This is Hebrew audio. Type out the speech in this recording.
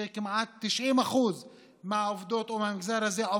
כמעט 90% מהעובדות מהמגזר הזה.